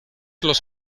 los